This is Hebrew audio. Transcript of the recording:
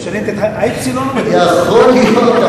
האפסילון, יכול להיות.